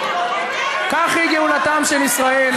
כך היא גאולתם של ישראל,